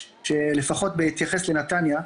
לפחות בהתייחס לנתניה.